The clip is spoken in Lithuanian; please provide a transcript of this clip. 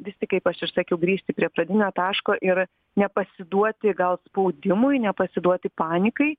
vis tik kaip aš ir sakiau grįžti prie pradinio taško ir nepasiduoti gal spaudimui nepasiduoti panikai